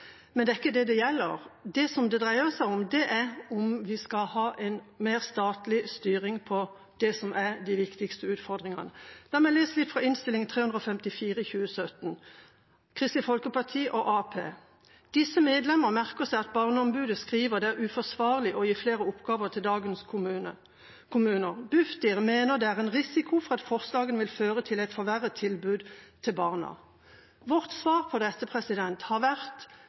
Men det er ikke det dette gjelder. Det det dreier seg om, er om vi skal ha en mer statlig styring på de viktigste utfordringene. La meg lese en merknad fra Kristelig Folkeparti og Arbeiderpartiet i Innst. 354 L for 2016–2017: «Disse medlemmer merker seg at Barneombudet skriver at det er uforsvarlig å gi flere oppgaver til dagens kommuner, Bufdir mener at det er en risiko for at forslagene vil føre til et forverret tilbud til barna». Vårt svar på dette har vært